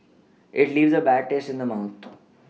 it leaves a bad taste in the mouth